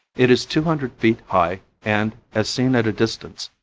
it is two hundred feet high and, as seen at a distance,